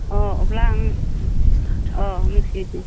अ अब्ला आं अ मिथिदो